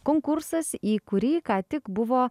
konkursas į kurį ką tik buvo